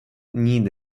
need